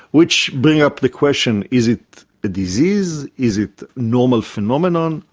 which brings up the question is it a disease, is it a normal phenomenon,